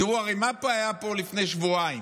תראו מה היה פה לפני שבועיים.